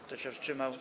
Kto się wstrzymał?